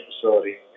facility